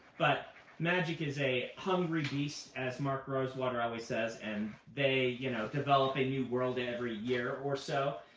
but magic is a hungry beast, as mark rosewater always says, and they you know develop a new world every year or so.